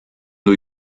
new